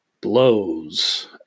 blows